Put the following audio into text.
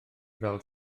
fel